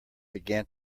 began